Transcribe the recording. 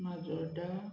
Majorda